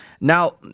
Now